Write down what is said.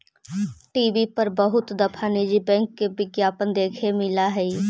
TV पर बहुत दफा निजी बैंक के विज्ञापन देखे मिला हई